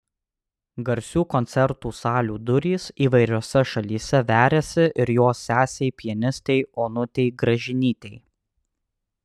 garsių koncertų salių durys įvairiose šalyse veriasi ir jos sesei pianistei onutei gražinytei